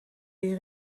die